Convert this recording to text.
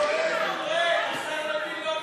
יורד, יורד, יורד, יורד מסדר-היום.